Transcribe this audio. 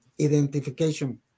identification